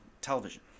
television